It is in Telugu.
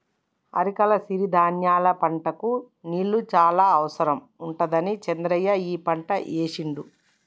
అరికల సిరి ధాన్యాల పంటకు నీళ్లు చాన అవసరం ఉండదని చంద్రయ్య ఈ పంట ఏశిండు